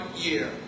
year